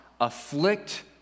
afflict